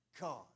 God